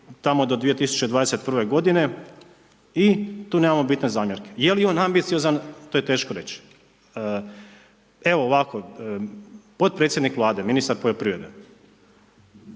tamo do 2021. g. i tu nema bitne zamjerke. Je li on ambiciozan to je teško reći. Evo ovako, potpredsjednik Vlade ministar poljoprivrede,